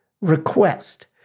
request